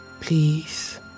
Please